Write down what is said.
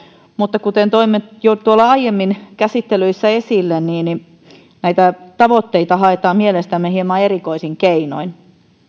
mutta kuten toimme jo aiemmin käsittelyissä esille niin näitä tavoitteita haetaan mielestämme hieman erikoisin keinoin